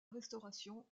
restauration